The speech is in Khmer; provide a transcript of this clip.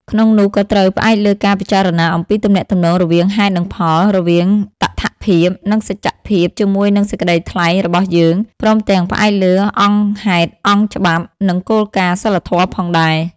ក្នុងនោះ ក៏ត្រូវផ្អែកលើការពិចារណាអំពីទំនាក់ទំនងរវាងហេតុនិងផល រវាងតថភាព និងសច្ចភាពជាមួយនឹងសេចក្ដីថ្លែងរបស់យើង ព្រមទាំងផ្អែកលើអង្គហេតុ អង្គច្បាប់ និងគោលការណ៍សីលធម៌ផងដែរ។